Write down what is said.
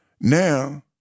now